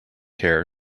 hair